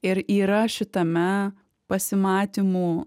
ir yra šitame pasimatymų